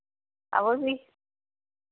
हां वा फ्ही